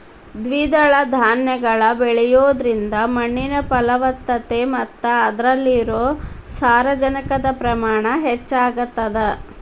ದ್ವಿದಳ ಧಾನ್ಯಗಳನ್ನ ಬೆಳಿಯೋದ್ರಿಂದ ಮಣ್ಣಿನ ಫಲವತ್ತತೆ ಮತ್ತ ಅದ್ರಲ್ಲಿರೋ ಸಾರಜನಕದ ಪ್ರಮಾಣ ಹೆಚ್ಚಾಗತದ